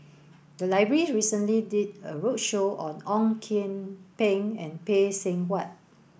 the library recently did a roadshow on Ong Kian Peng and Phay Seng Whatt